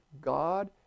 God